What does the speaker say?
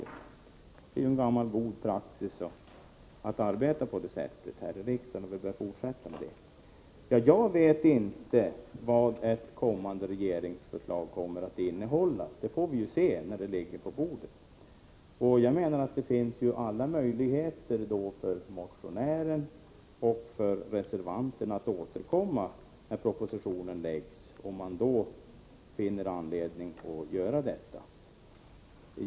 Det är en gammal god praxis att arbeta på det sättet här i riksdagen, och vi bör fortsätta att arbeta så. Jag vet inte vad ett kommande regeringsförslag kommer att innehålla. Det får vi se när förslaget ligger på riksdagens bord. Det finns alla möjligheter för motionären och för reservanterna att återkomma när propositionen framlagts, om de då finner anledning att göra det.